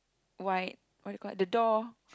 white what you call the door